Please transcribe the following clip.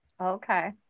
Okay